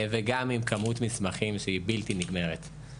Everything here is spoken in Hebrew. וגם עם כמות מסמכים שהיא בלתי נגמרת,